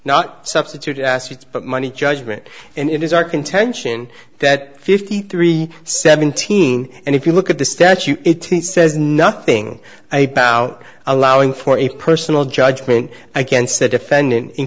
not substitute assets but money judgment and it is our contention that fifty three seventeen and if you look at the statute it says nothing i doubt allowing for a personal judgment against the defendant in